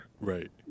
Right